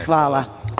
Hvala.